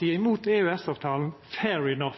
imot EØS-avtalen, er fair enough,